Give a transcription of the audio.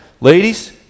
Ladies